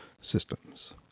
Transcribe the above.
systems